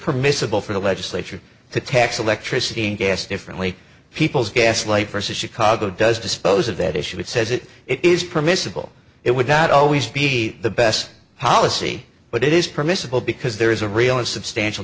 permissible for the legislature to tax the electricity and gas differently people's gas laypersons chicago does dispose of that issue he says it is permissible it would not always be the best policy but it is permissible because there is a real and substantial